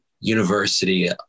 university